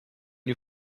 you